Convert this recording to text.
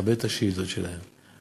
מכבד את השאילתות שלהם,